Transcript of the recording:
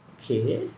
Okay